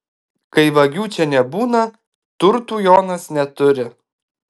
kai vagių čia nebūna turtų jonas neturi